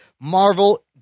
Marvel